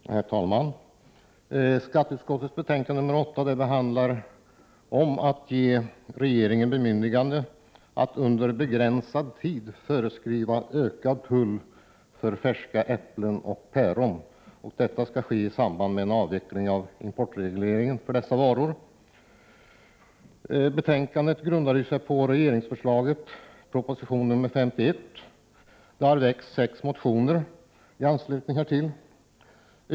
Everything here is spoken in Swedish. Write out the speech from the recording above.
Herr talman! Skatteutskottets betänkande 8 handlar om att ge regeringen bemyndigande att under begränsad tid föreskriva ökad tull för färska äpplen och päron. Detta skall ske i samband med en avveckling av importregleringen för dessa varor. Betänkandet grundar sig på regeringens förslag i proposition 1988/89:51. Det har väckts sex motioner i anslutning härtill.